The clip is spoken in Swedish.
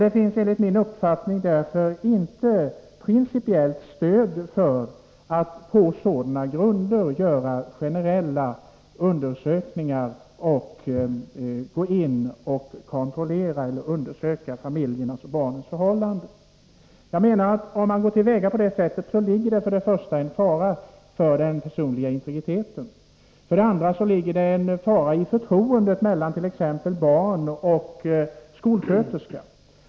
Enligt min uppfattning finns det principiellt inte stöd för att på sådana grunder göra generella undersökningar eller gå in och kontrollera familjernas och barnens förhållanden. Jag menar att om man går till väga på det sättet, ligger det däri en fara för det första för den personliga integriteten och för det andra för förtroendet mellan barn och skolsköterska.